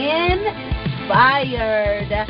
inspired